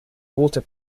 walter